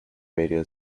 radio